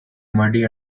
muddy